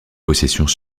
possessions